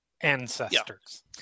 ancestors